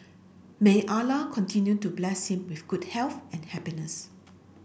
may Allah continue to bless him with good health and happiness